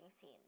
scene